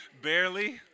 barely